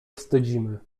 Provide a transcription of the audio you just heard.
wstydzimy